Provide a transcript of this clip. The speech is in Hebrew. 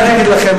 מה אני אגיד לכם,